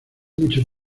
mucho